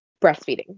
breastfeeding